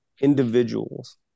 individuals